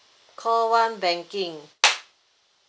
call one banking